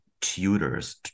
tutors